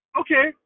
okay